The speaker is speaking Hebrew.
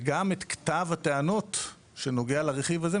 וגם את כתב הטענות שנוגע לרכיב הזה,